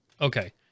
Okay